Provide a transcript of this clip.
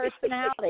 personality